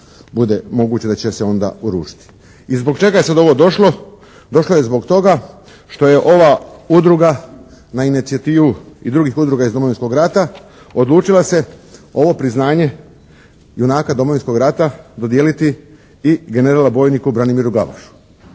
bude moguće da će se onda uručiti. I zbog čega je sad ovo došlo? Došlo je zbog toga što je ova udruga na inicijativu i drugih udruga iz Domovinskog rata odlučila se ovo priznanje junaka Domovinskoga rata dodijeliti i generalu, bojniku Branimiru Glavašu